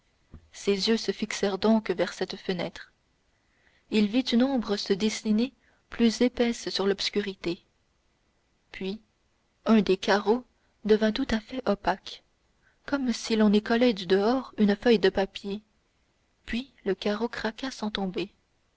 ses yeux se fixèrent donc vers cette fenêtre il vit une ombre se dessiner plus épaisse sur l'obscurité puis un des carreaux devint tout à fait opaque comme si l'on y collait du dehors une feuille de papier puis le carreau craqua sans tomber